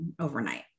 overnight